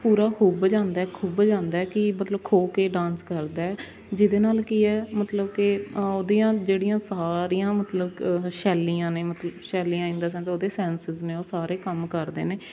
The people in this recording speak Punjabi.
ਪੂਰਾ ਹੁੱਬ ਜਾਂਦਾ ਖੁੱਭ ਜਾਂਦਾ ਕਿ ਮਤਲਬ ਖੋ ਕੇ ਡਾਂਸ ਕਰਦਾ ਜਿਹਦੇ ਨਾਲ ਕੀ ਹੈ ਮਤਲਬ ਕਿ ਅ ਉਹਦੀਆਂ ਜਿਹੜੀਆਂ ਸਾਰੀਆਂ ਮਤਲਬ ਕ ਸ਼ੈਲੀਆਂ ਨੇ ਮਤਲਬ ਸ਼ੈਲੀਆਂ ਇਨ ਦਾ ਸੈਨਸ ਉਹਦੇ ਸੈਨਸਿਸ ਨੇ ਉਹ ਸਾਰੇ ਕੰਮ ਕਰਦੇ ਨੇ